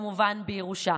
פוליטית, כמובן, בירושה.